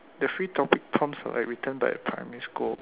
the free topic prompts are written by a primary school